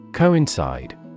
Coincide